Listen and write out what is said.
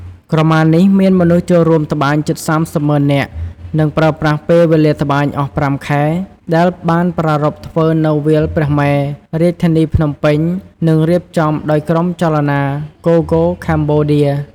ក្រមានេះមានមនុស្សចូលរួមត្បាញជិត៣០ម៉ឺននាក់ និងប្រើប្រាស់ពេលវេលាត្បាញអស់០៥ខែ ដែលបានប្រារព្ធធ្វើនៅវាលព្រះមេរុ រាជធានីភ្នំពេញ និងរៀបចំដោយក្រុមចលនា GoGo Cambodia។